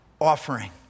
offering